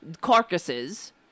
carcasses